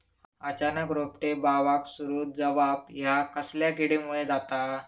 अचानक रोपटे बावाक सुरू जवाप हया कसल्या किडीमुळे जाता?